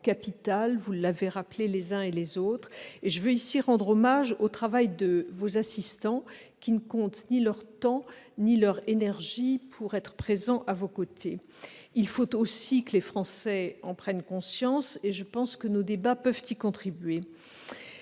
vous l'avez tous souligné. Je veux ici rendre hommage au travail de vos assistants, qui ne comptent ni leur temps ni leur énergie pour être présents à vos côtés. Il faut aussi que les Français en prennent conscience. Nos débats peuvent y contribuer.